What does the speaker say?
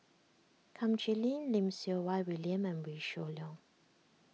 Kum Chee Lim Lim Siew Wai William and Wee Shoo Leong